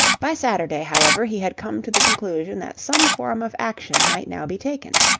by saturday, however, he had come to the conclusion that some form of action might now be taken.